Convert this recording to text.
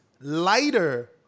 lighter